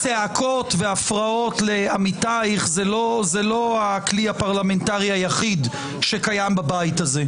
צעקות והפרעות לעמיתייך זה לא הכלי הפרלמנטרי היחיד שקיים בבית הזה.